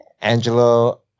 Angelo